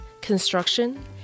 construction